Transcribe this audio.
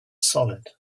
solid